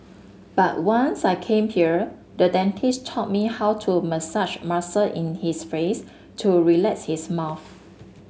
but once I came here the dentist taught me how to massage muscle in his face to relax his mouth